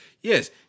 Yes